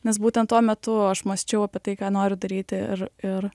nes būtent tuo metu aš mąsčiau apie tai ką noriu daryti ir ir